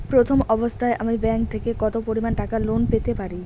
প্রথম অবস্থায় আমি ব্যাংক থেকে কত পরিমান টাকা লোন পেতে পারি?